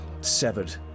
severed